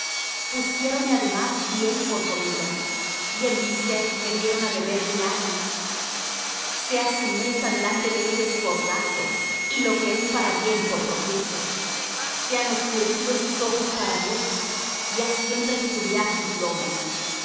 hallé pusiéronme además hiel por comida y en mi sed me dieron á beber vinagre sea su mesa delante de ellos por lazo y lo que es para bien por tropiezo sean oscurecidos sus ojos para ver y haz siempre titubear sus lomos